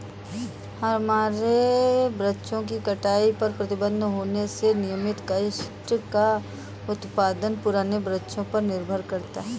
हरे वृक्षों की कटाई पर प्रतिबन्ध होने से नियमतः काष्ठ का उत्पादन पुराने वृक्षों पर निर्भर करता है